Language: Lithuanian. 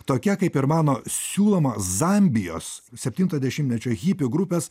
tokia kaip ir mano siūloma zambijos septinto dešimtmečio hipių grupės